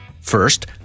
First